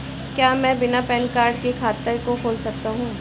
क्या मैं बिना पैन कार्ड के खाते को खोल सकता हूँ?